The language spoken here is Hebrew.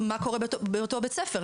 מה קורה באותו בית ספר?